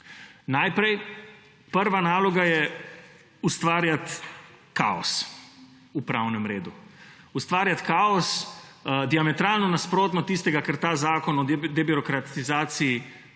nalogama. Prva naloga je ustvarjati kaos v pravnem redu. Ustvarjati kaos, diametralno nasprotno od tistega, kar ta zakon o debirokratizaciji trdi,